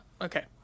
Okay